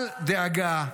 אל דאגה,